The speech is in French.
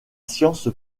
science